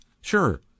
Sure